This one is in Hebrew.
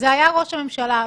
זה היה ראש הממשלה.